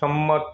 સંમત